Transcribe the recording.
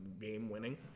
game-winning